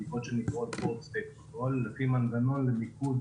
בדיקת שנקבעות לפי מנגנון למיקוד